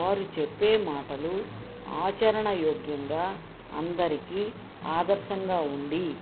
వారు చెప్పే మాటలు ఆచరణయోగ్యంగా అందరికి ఆదర్శంగా ఉండి